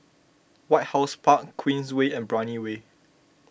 White House Park Queensway and Brani Way